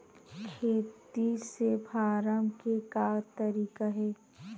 खेती से फारम के का तरीका हे?